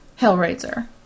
Hellraiser